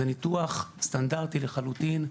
זה ניתוח סטנדרטי לחלוטין.